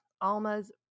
alma's